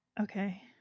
Okay